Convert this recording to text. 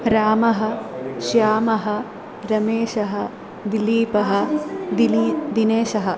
रामः श्यामः रमेशः दिलीपः दिली दिनेशः